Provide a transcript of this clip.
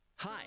Hi